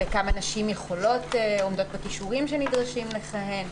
בכמה נשים עומדות בכישורים שנדרשים לכהן,